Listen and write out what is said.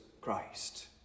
Christ